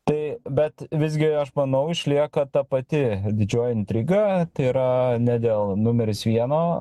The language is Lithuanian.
tai bet visgi aš manau išlieka ta pati didžioji intriga tai yra ne dėl numeris vieno